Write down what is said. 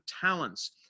talents